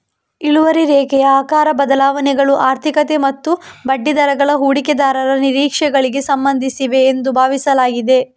ಇಳುವರಿ ರೇಖೆಯ ಆಕಾರ ಬದಲಾವಣೆಗಳು ಆರ್ಥಿಕತೆ ಮತ್ತು ಬಡ್ಡಿದರಗಳ ಹೂಡಿಕೆದಾರರ ನಿರೀಕ್ಷೆಗಳಿಗೆ ಸಂಬಂಧಿಸಿವೆ ಎಂದು ಭಾವಿಸಲಾಗಿದೆ